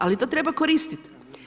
Ali to treba koristiti.